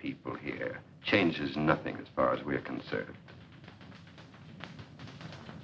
people here changes nothing as far as we're concerned